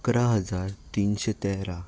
इकरा हजार तिनशें तेरा